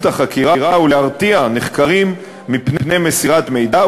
החקירה ולהרתיע נחקרים מפני מסירת מידע,